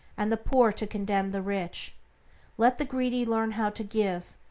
and the poor to condemn the rich let the greedy learn how to give,